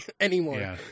anymore